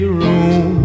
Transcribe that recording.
room